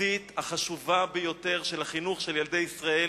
בחזית החשובה ביותר של החינוך של ילדי ישראל